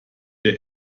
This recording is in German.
der